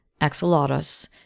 axolotus